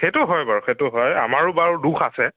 সেইটো হয় বাৰু সেইটো হয় আমাৰো বাৰু দোষ আছে